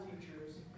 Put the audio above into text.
teachers